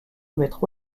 métro